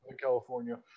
California